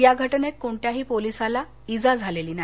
या घटनेत कोणत्याही पोलिसाला इजा झालेली नाही